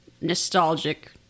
nostalgic